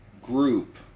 group